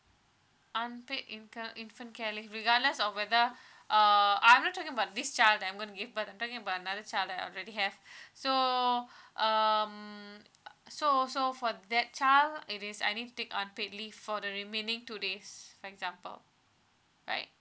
unpaid infant infant care leave regardless of whether uh I'm not talking about this child that I'm going to give birth I'm talking about another child that I already have so um so so for that child it is I need to take unpaid leave for the remaining two days for example right